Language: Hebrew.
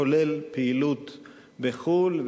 כולל פעילות בחו"ל,